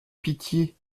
pitié